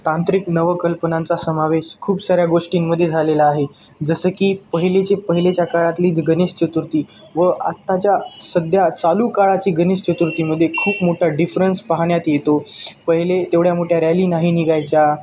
तांत्रिक नवकल्पनांचा समावेश खूप साऱ्या गोष्टींमध्ये झालेला आहे जसं की पहिलेचे पहिलेच्या काळातली ज गणेश चतुर्थी व आत्ताच्या सध्या चालू काळाची गणेश चतुर्थीमध्ये खूप मोठा डिफरन्स पाहण्यात येतो पहिले तेवढ्या मोठ्या रॅली नाही निघायच्या